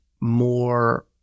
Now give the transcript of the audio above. more